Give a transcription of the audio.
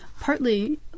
Partly